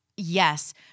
Yes